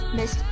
Miss